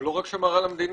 הוא לא רק שמר על המדינה.